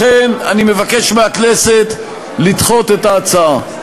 לכן, אני מבקש מהכנסת לדחות את ההצעה.